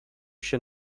się